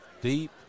deep